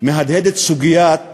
סוגיית